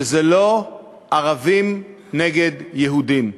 שזה לא ערבים נגד יהודים.